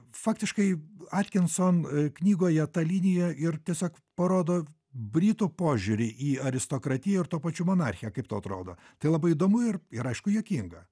faktiškai atkinson knygoje ta linija ir tiesiog parodo britų požiūrį į aristokratiją ir tuo pačiu monarchiją kaip tau atrodo tai labai įdomu ir ir aišku juokinga